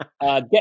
Get